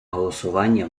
голосування